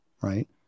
right